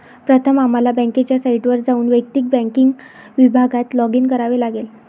प्रथम आम्हाला बँकेच्या साइटवर जाऊन वैयक्तिक बँकिंग विभागात लॉगिन करावे लागेल